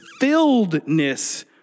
filledness